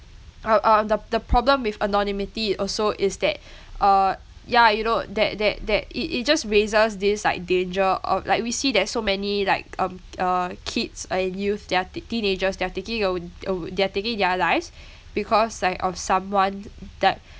uh uh the the problem with anonymity also is that uh ya you know that that that it it just raises this like danger of like we see there's so many like um uh kids and youth they're teenagers they're taking own ow~ they're taking their lives because like of someone th~ that